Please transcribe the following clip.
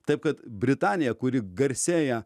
taip kad britanija kuri garsėja